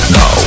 no